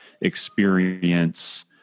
experience